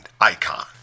icon